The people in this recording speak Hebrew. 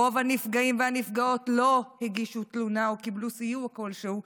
רוב הנפגעים והנפגעות לא הגישו תלונה או קיבלו סיוע כלשהו,